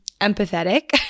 empathetic